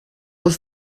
was